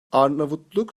arnavutluk